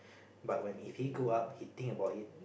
but when he think grow up he think about it